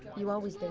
you always do